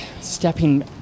stepping